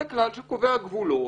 זה כלל שקובע גבולות.